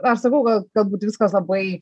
aš sakau gal galbūt viskas labai